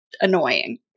annoying